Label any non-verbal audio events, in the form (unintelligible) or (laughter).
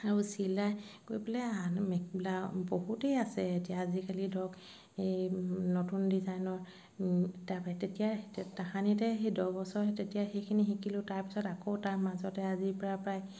আৰু চিলাই কৰি পেলাই (unintelligible) বহুতেই আছে এতিয়া আজিকালি ধৰক এই নতুন ডিজাইনৰ ও তাৰপৰা তেতিয়া তাহানিতে সেই দহ বছৰ তেতিয়া সেইখিনি শিকিলোঁ তাৰপিছত আকৌ তাৰ মাজতে আজিৰ পৰা প্ৰায়